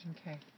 Okay